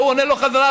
וההוא עונה לו חזרה,